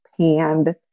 panned